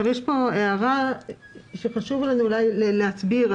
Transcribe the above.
יש כאן הערה שחשוב לנו להסביר.